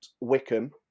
Wickham